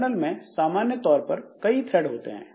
colonel में सामान्य तौर पर कई थ्रेड होते हैं